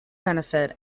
benefit